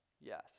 Yes